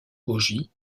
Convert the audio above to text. bogies